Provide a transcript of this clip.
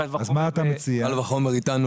קל וחומר --- קל וחומר איתנו,